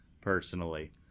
personally